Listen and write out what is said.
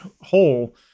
hole